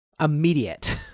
immediate